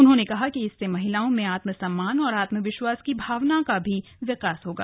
उन्होंने कहा कि इससे महिलाओं में आत्मसम्मान और आत्मविश्वास की भावना का भी विकास होगा